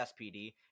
SPD